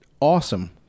awesome